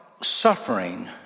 suffering